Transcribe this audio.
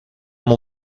mon